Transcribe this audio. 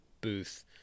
booth